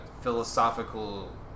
philosophical